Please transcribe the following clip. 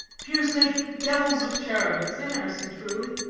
fears make devils of cherubims they never see truly.